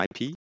IP